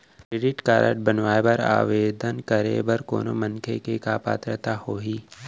Credit card बनवाए बर आवेदन करे बर कोनो मनखे के का पात्रता होही?